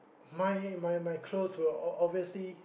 my my my clothes were o~ obviously